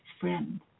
friend